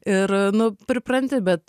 ir nu pripranti bet